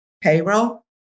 payroll